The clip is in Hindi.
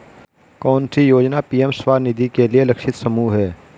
कौन सी योजना पी.एम स्वानिधि के लिए लक्षित समूह है?